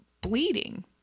bleeding